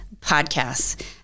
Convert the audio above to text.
podcasts